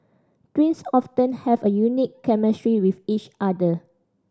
twins often have a unique chemistry with each other